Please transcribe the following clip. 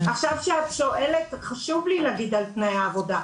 עכשיו כשאת שואלת, חשוב לי להגיד על תנאי העבודה.